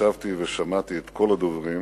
ישבתי ושמעתי את כל הדוברים.